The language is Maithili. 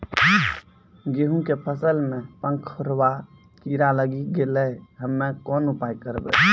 गेहूँ के फसल मे पंखोरवा कीड़ा लागी गैलै हम्मे कोन उपाय करबै?